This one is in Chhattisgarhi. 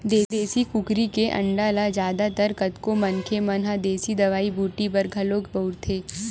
देसी कुकरी के अंडा ल जादा तर कतको मनखे मन ह देसी दवई बूटी बर घलोक बउरथे